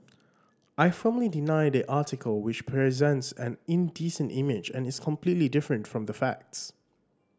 I firmly deny the article which presents an indecent image and is completely different from the facts